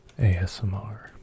asmr